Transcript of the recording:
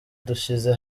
dushyize